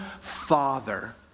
father